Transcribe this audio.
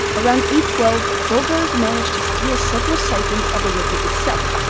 around eight twelve, bulgars managed to steal several siphons of the liquid itself,